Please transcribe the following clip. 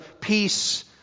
peace